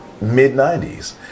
mid-90s